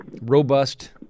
robust